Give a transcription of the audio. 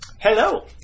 Hello